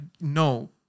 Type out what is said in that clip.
no